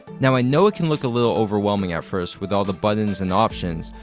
now i know it can look a little overwhelming at first, with all the buttons and options,